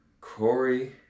Corey